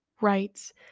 rights